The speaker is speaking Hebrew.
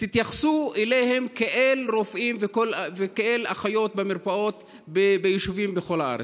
תתייחסו אליהם כמו אל רופאים ואחיות במרפאות ביישובים בכל הארץ.